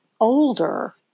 older